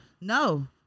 No